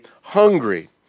hungry